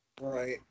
Right